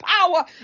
power